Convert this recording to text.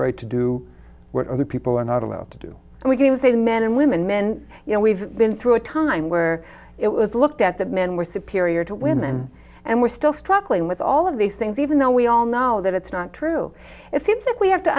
right to do what other people are not allowed to do and we can say that men and women men you know we've been through a time where it was looked at that men were superior to women and we're still struggling with all of these things even though we all know now that it's not true it seems that we have to